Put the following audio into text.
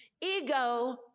Ego